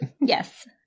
Yes